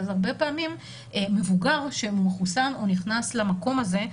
אז הרבה פעמים מבוגר שמחוסן ונכנס למקום הזה,